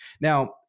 now